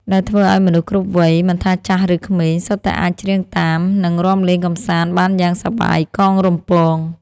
ដែលធ្វើឱ្យមនុស្សគ្រប់វ័យ មិនថាចាស់ឬក្មេង សុទ្ធតែអាចច្រៀងតាម និងរាំលេងកម្សាន្តបានយ៉ាងសប្បាយកងរំពង។